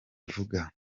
ivuga